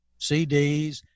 CDs